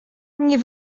nie